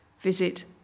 Visit